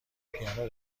پیانو